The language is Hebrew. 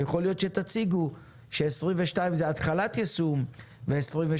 יכול להיות שתציגו ש-2022 זה התחלת יישום ו-2023,